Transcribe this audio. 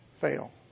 fail